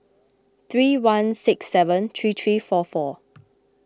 three one six seven three three four four